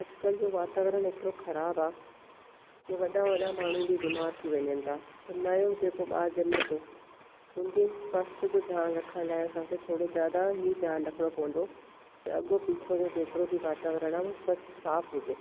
अॼुकल्ह जो वातावरण एतिरो ख़राबु आहे की वॾा वॾा माण्हू बि बीमार थी वञनि था त नयो जेको ॿारु ॼमे थो उन खे स्वास्थ्य जो ध्यानु रखण लाइ असांखे थोरो ज़्यादा ई ध्यानु रखिणो पवंदो की अॻो पीछो जो जेतिरो बि वातावरण आहे उहो स्वच्छ साफ़ हुजे